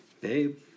Babe